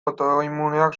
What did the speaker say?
autoimmuneak